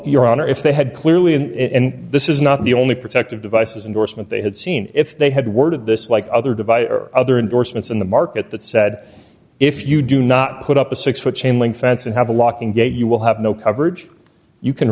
honor if they had clearly and this is not the only protective devices indorsement they had seen if they had worded this like other device or other endorsements in the market that said if you do not put up a six foot chain link fence and have a locking gate you will have no coverage you can